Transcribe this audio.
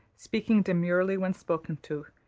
speaking demurely when spoken to,